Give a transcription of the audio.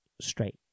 straight